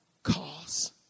Cause